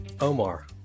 Omar